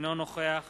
אינו נוכח